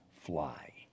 fly